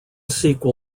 sequel